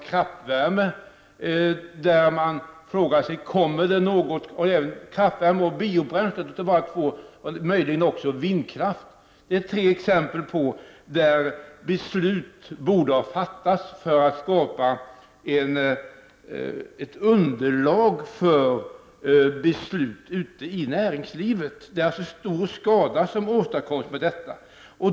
Kraftvärme, biobränslen och möjligen vindkraft är tre exempel om vilka beslut borde ha fattats för att det skulle ha skapats ett underlag för beslut ute i näringslivet. Stor skada åstadkoms alltså i och med detta.